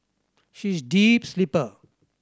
she is a deep sleeper